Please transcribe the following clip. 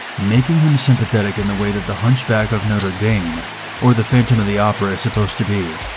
making him sympathetic in the way that the hunchback of notre dame or the phantom of the opera is supposed to be.